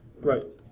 Right